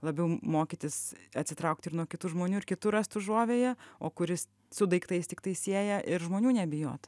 labiau mokytis atsitraukt ir nuo kitų žmonių ir kitų rast užuovėją o kuris su daiktais tiktai sieja ir žmonių nebijotų